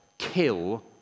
kill